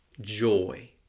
Joy